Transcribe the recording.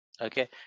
Okay